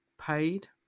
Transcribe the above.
paid